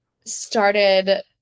started